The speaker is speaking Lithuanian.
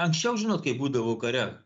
anksčiau žinot kaip būdavo kare